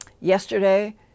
yesterday